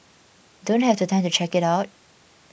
don't have the time to check it out